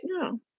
No